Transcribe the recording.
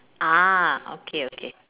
ah okay okay